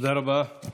תודה רבה.